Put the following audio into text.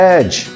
Edge